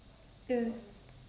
uh